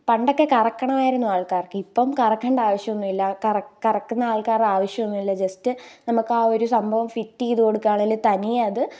പണ്ടൊക്കെ കറക്കണമായിരുന്നു ആള്ക്കാര്ക്ക് ഇപ്പം കറക്കണ്ട ആവശ്യമൊന്നുമില്ല കറക്കുന്ന ആള്ക്കാരെ ആവശ്യമൊന്നുമില്ല ജസ്റ്റ് നമുക്ക് ആ ഒരു സംഭവം ഫിറ്റ് ചെയ്ത് കൊടുക്കുക ആണെങ്കിൽ തനിയെ അത്